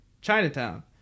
Chinatown